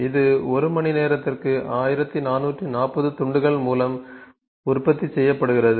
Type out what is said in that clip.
இது ஒரு மணி நேரத்திற்கு 1440 துண்டுகள் மூலம் உற்பத்தி செய்யப்படுகிறது